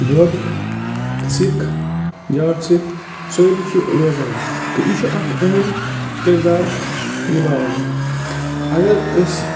بۄدھ سِکھ جاٹھ سِکھ سٲری چھِ روزان تہٕ یہِ چھِ اَکھ اہَم کردار نِباوان اگر أسۍ